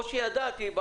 או שידעתי,